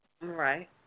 Right